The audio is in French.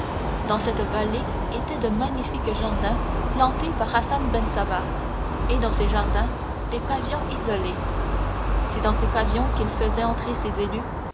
dans cette vallée étaient de magnifiques jardins plantés par hassen ben sabah et dans ces jardins des pavillons isolés c'est dans ces pavillons qu'il faisait entrer ses élus